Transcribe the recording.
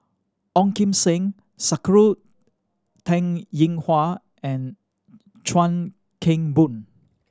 Ong Kim Seng Sakura Teng Ying Hua and Chuan Keng Boon